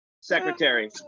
Secretary